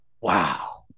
wow